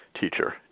teacher